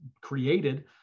created